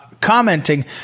commenting